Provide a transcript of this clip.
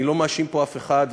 אני לא מאשים פה אף אחד,